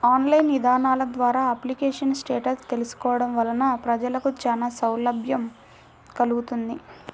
online ఇదానాల ద్వారా application status తెలుసుకోవడం వలన ప్రజలకు చానా సౌలభ్యం కల్గుతుంది